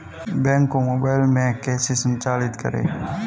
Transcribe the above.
Bank को mobile में कैसे संचालित करें?